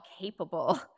capable